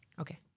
okay